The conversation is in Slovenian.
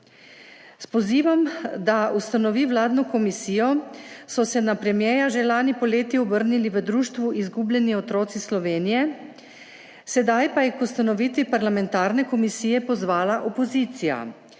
S pozivom, da ustanovi vladno komisijo, so se na premierja že lani poleti obrnili v društvu Izgubljeni otroci Slovenije, sedaj pa je k ustanovitvi parlamentarne komisije pozvala opozicija.